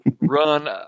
run